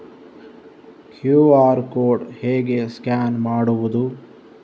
QR code ಹೇಗೆ scan ಮಾಡುವುದು?